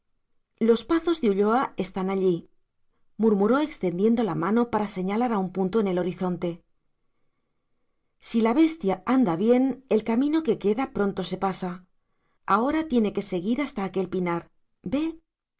los pazos de ulloa están allí murmuró extendiendo la mano para señalar a un punto en el horizonte si la bestia anda bien el camino que queda pronto se pasa ahora tiene que seguir hasta aquel pinar ve